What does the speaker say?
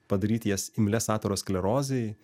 padaryti jas imlias aterosklerozei